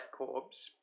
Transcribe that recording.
Corbs